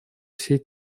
всей